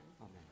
Amen